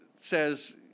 says